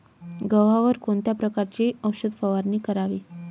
गव्हावर कोणत्या प्रकारची औषध फवारणी करावी?